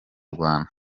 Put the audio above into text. rwanda